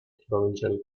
provincial